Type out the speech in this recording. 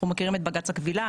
אנחנו מכירים את בג"ץ הכבילה.